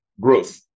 growth